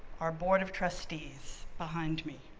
our board of trustees behind me.